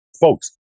folks